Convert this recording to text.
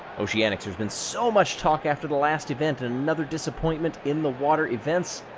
oceanics there's been so much talk after the last event and another disappointment in the water events,